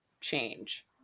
change